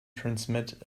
transmit